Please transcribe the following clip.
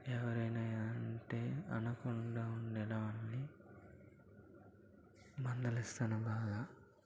ఎవరైనా ఏదైనా అంటే అనకుండా ఉండడాన్ని మందలిస్తున్న బాగా